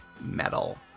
metal